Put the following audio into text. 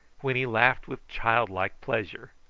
when he laughed with childlike pleasure.